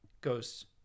goes